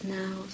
now